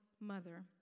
mother